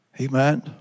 Amen